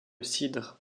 cidre